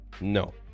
no